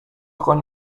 koń